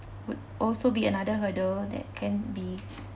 would also be another hurdle that can be